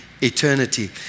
eternity